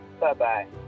Bye-bye